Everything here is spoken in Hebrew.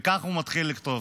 וכך הוא מתחיל לכתוב: